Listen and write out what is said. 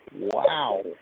Wow